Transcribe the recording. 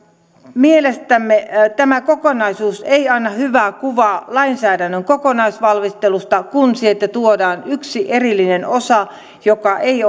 mielestämme tämä kokonaisuus ei anna hyvää kuvaa lainsäädännön kokonaisvalmistelusta kun sieltä tuodaan yksi erillinen osa joka ei